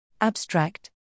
Abstract